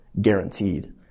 guaranteed